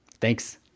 Thanks